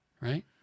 Right